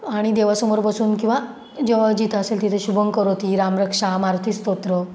आणि देवासमोर बसून किंवा जेव्हा जिथं असेल तिथे शुभंकरोती रामरक्षा मारुती स्तोत्र